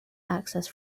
access